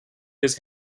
his